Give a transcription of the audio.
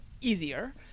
easier